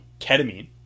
ketamine